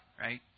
right